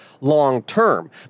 long-term